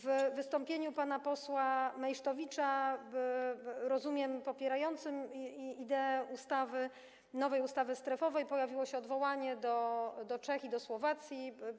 W wystąpieniu pana posła Meysztowicza, jak rozumiem, popierającego ideę nowej ustawy strefowej, pojawiło się odwołanie do Czech i do Słowacji.